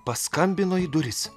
paskambino į duris